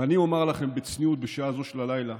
אני אומר לכם בצניעות, בשעה זו של הלילה,